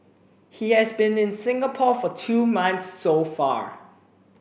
he has been in Singapore for two months so far